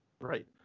right